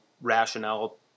rationale